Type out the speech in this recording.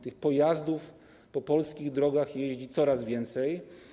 Tych pojazdów po polskich drogach jeździ coraz więcej.